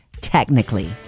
technically